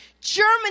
Germany